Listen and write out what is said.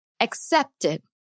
accepted